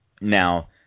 now